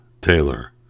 Taylor